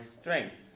strength